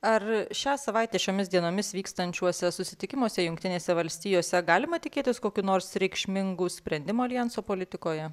ar šią savaitę šiomis dienomis vykstančiuose susitikimuose jungtinėse valstijose galima tikėtis kokių nors reikšmingų sprendimų aljanso politikoje